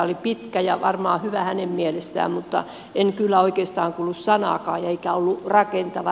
oli pitkä ja varmaan hyvä hänen mielestään mutta en kyllä oikeastaan kuullut sanaakaan eikä ollut rakentava